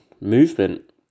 movement